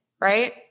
right